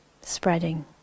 Spreading